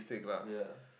ya